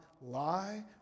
lie